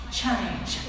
change